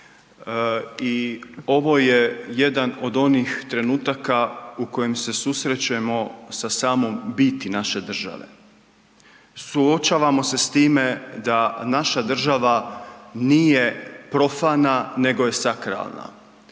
i ovo je jedan od onih trenutaka u kojem se susrećemo sa samom biti naše države. Suočavamo se s time da naša država nije profana nego je sakralna.